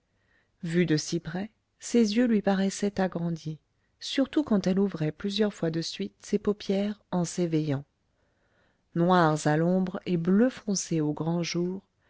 vus de si près ses yeux lui paraissaient agrandis surtout quand elle ouvrait plusieurs fois de suite ses paupières en s'éveillant noirs à l'ombre et bleu foncé au grand jour